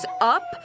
up